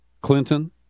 Clinton